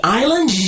island